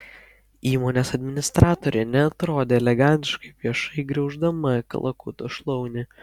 įmonės administratorė neatrodė elegantiškai viešai griauždama kalakuto šlaunį